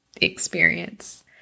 experience